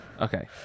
Okay